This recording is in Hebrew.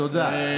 תודה.